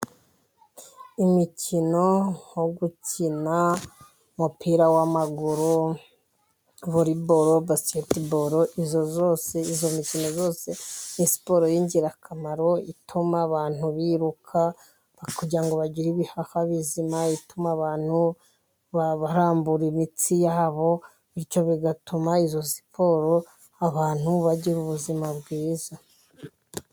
Imikino nko gukina umupira w'amaguru, vore boro, basiketi boro iyo yose, iyo mikino yose ni siporo yingirakamaro ituma abantu biruka kugira ngo bagire ibihaha bizima, ituma abantu barambura imitsi yabo bityo bigatuma izo siporo abantu bagira ubuzima bwiza.